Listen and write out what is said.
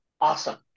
Awesome